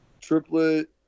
triplet